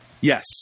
yes